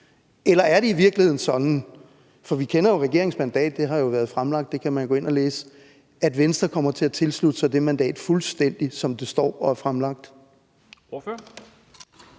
eller er det i virkeligheden sådan – for vi kender jo regeringens mandat; det har jo været fremlagt, og det kan man gå ind og læse – at Venstre kommer til fuldstændig at tilslutte sig det mandat, som det står og er fremlagt?